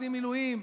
עושים מילואים,